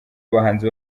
abahanzi